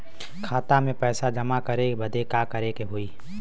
खाता मे पैसा जमा करे बदे का करे के होई?